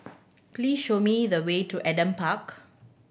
please show me the way to Adam Park